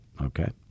okay